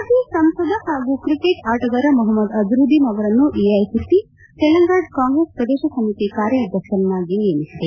ಮಾಜಿ ಸಂಸದ ಹಾಗೂ ಕ್ರಿಕೆಟ್ ಆಟಗಾರ ಮೊಪ್ಲದ್ ಅಜರುದ್ದೀನ್ ಅವರನ್ನು ಎಐಸಿಸಿ ತೆಲಂಗಾಣ ಕಾಂಗ್ರೆಸ್ ಪ್ರದೇಶ್ ಸಮಿತಿಯ ಕಾರ್ಯಾಧಕ್ಷಕರನ್ನಾಗಿ ನೇಮಿಸಿದೆ